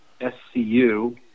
S-C-U